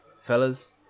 fellas